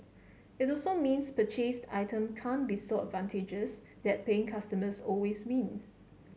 it also means purchased item can't be so advantageous that paying customers always win